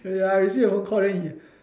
I receive your phone call then he